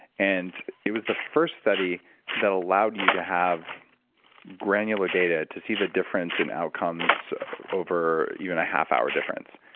and it was the first study that allowed you to have granular data to see the difference in outcomes over even a half hour difference.